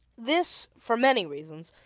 this, for many reasons,